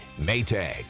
Maytag